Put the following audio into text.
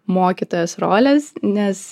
mokytojos rolės nes